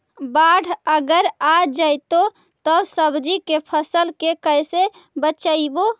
बाढ़ अगर आ जैतै त सब्जी के फ़सल के कैसे बचइबै?